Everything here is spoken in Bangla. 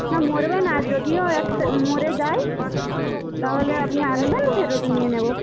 না মরবে না যদিও মরে যায় তাহলে আপনি আনবেন ফেরত নিয়ে নেব